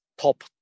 top